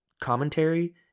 commentary